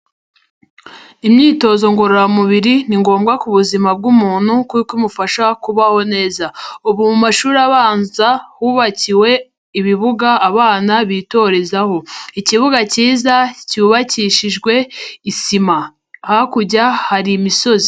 Imyitozo ngororamubiri ni ngombwa ku buzima bw'umuntu kuko imufasha kubaho neza. Ubu mu mashuri abanza hubakiwe ibibuga abana bitorezaho. Ikibuga cyiza cyubakishijwe isima. Hakurya hari imisozi.